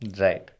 Right